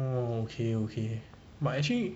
orh okay okay but actually